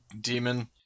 demon